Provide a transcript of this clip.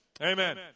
Amen